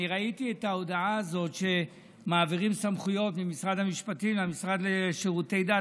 ראיתי את ההודעה הזאת שמעבירים סמכויות ממשרד המשפטים למשרד לשירותי דת.